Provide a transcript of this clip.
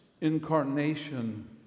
incarnation